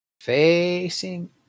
Facing